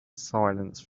silence